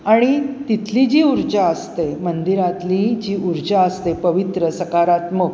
आणि तिथली जी ऊर्जा असते मंदिरातली जी ऊर्जा असते पवित्र सकारात्मक